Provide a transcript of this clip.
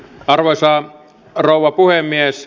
arvoisa rouva puhemies